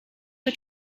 for